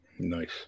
Nice